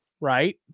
Right